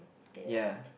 ya